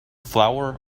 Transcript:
flour